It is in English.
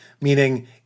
meaning